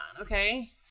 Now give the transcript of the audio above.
okay